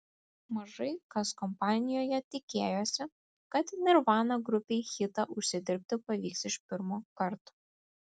mažai kas kompanijoje tikėjosi kad nirvana grupei hitą užsidirbti pavyks iš pirmo karto